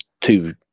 Two